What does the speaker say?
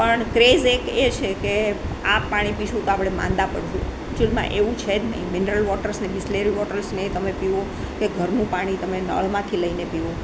પણ ક્રેઝ એક એ છે કે આ પાણી પીશું તો આપણે માંદા પડીશું એકચૂલમાં એવું છે જ નહીં મિનરલ વૉટર્સ બિસલેરી બોટલ્સ અને એ તમે પીવો કે ઘરનું પાણી તમે નળમાંથી લઈને પીવો